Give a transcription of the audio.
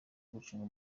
gucunga